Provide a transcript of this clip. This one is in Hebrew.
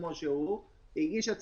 מי נמנע?